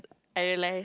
I realise